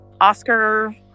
Oscar